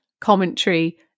commentary